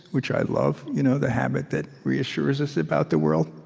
which i love, you know the habit that reassures us about the world.